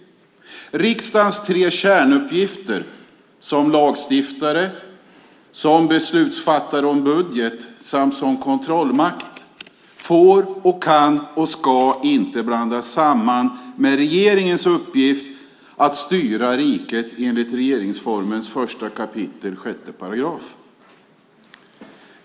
Riksdagens tre kärnuppgifter - vara lagstiftare, beslutsfattare om budget samt kontrollmakt - får och kan och ska inte blandas samman med regeringens uppgift att styra riket enligt regeringsformen 1 kap. 6 §.